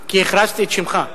כי הכרזתי את שמך.